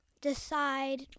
decide